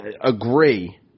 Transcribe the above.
agree